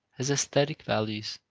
as aesthetic values,